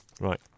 Right